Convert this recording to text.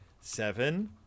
seven